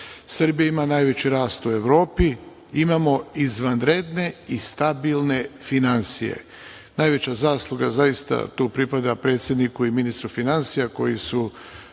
Srbija ima najveći rastu Evropi. Imamo izvanredne i stabilne finansije. Najveća zasluga zaista tu pripada predsedniku i ministru finansija koji su